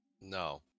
No